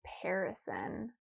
comparison